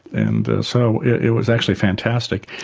and so it was actually fantastic.